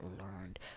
learned